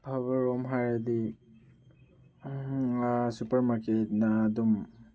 ꯑꯐꯕꯔꯣꯝ ꯍꯥꯏꯔꯗꯤ ꯁꯨꯄꯔ ꯃꯥꯔꯀꯦꯠꯅ ꯑꯗꯨꯝ